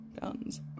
guns